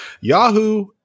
Yahoo